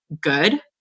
good